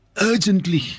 urgently